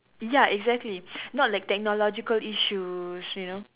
ya exactly not like technological issues you know